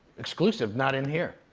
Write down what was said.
exclusive. not in here.